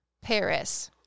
Paris